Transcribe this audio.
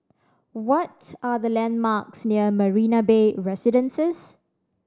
what's are the landmarks near Marina Bay Residences